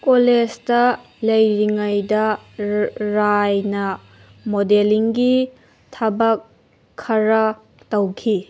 ꯀꯣꯂꯦꯖꯇ ꯂꯩꯔꯤꯉꯩꯗ ꯔꯥꯏꯅ ꯃꯣꯗꯦꯜꯂꯤꯡꯒꯤ ꯊꯕꯛ ꯈꯔ ꯇꯧꯈꯤ